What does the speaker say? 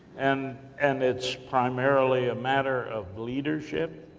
and and it's primarily, a matter of leadership.